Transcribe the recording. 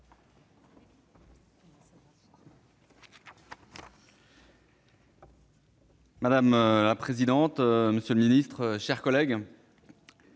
Madame la présidente, monsieur le ministre, mes chers collègues,